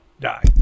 die